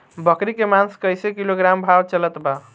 बकरी के मांस कईसे किलोग्राम भाव चलत बा?